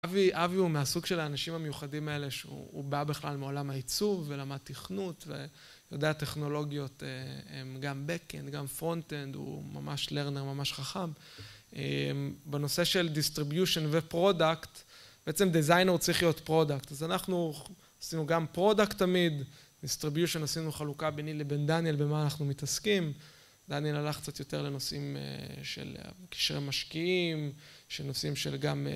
אבי הוא מהסוג של האנשים המיוחדים האלה, שהוא בא בכלל מעולם העיצוב ולמד תכנות, ויודע את טכנולוגיות, הן גם Back-end, גם Front-end, הוא ממש לרנר, ממש חכם. בנושא של Distribution ו-Product, בעצם Designer הוא צריך להיות Product, אז אנחנו עשינו גם Product תמיד, Distribution עשינו חלוקה ביני לבין דניאל, במה אנחנו מתעסקים. דניאל הלך קצת יותר לנושאים של קשר עם המשקיעים, של נושאים של גם...